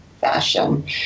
fashion